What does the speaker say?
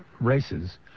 races